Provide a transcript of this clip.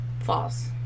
False